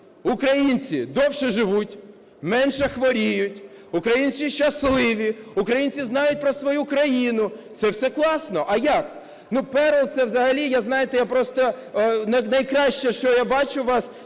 "Українці довше живуть, менше хворіють, українці щасливі, українці знають про свою країну". Це все класно. А як? Ну, перл, це взагалі… Я, знаєте, я просто найкраще, що я бачу у вас,